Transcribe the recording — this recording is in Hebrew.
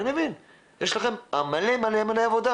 יש לכם מלא עבודה